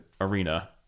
arena